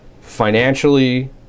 financially